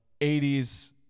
80s